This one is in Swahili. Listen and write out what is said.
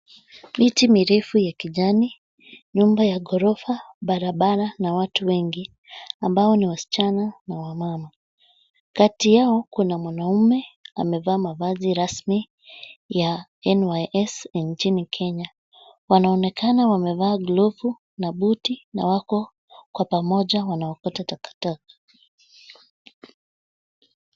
Miti mirefu ya kijani, nyumba ya ghorofa, barabara na watu wengi ambao ni wasichana na wamama. Kati yao kuna mwanaume amevaa mavazi rasmi ya [NYS] nchini Kenya. Wanaonekana wamevaa glovu na buti na wako kwa pamoja wanaokota takataka.